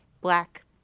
Black